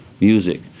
music